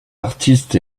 artistes